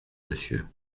monsieur